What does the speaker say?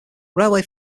railway